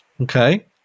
Okay